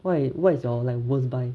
what what is your like worst buy